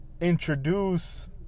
introduce